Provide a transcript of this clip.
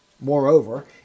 Moreover